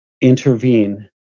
intervene